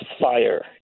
fire